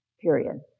period